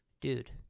Dude